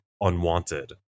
unwanted